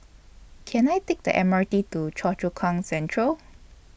Can I Take The M R T to Choa Chu Kang Central